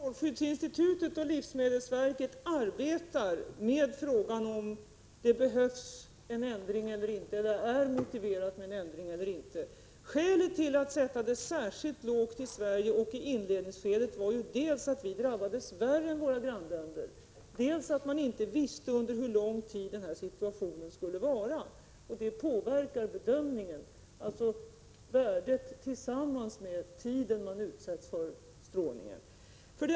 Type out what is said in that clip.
Fru talman! För det första vill jag framhålla att strålskyddsinstitutet och livsmedelsverket arbetar med frågan, om en ändring är motiverad eller inte. Skälen till att sätta gränsvärdet särskilt lågt i Sverige i inledningsskedet var dels att vi drabbades värre än våra grannländer, dels att man inte visste hur lång tid den här situationen skulle vara, och både själva värdet och den tid man utsätts för strålningen påverkar bedömningen.